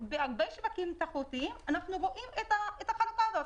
בהרבה שווקים תחרותיים אנחנו רואים את החלוקה הזאת: